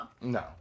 No